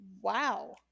Wow